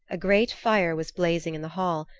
a great fire was blazing in the hall,